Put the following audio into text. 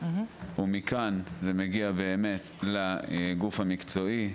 ומכאן זה מגיע באמת לגוף המקצועי,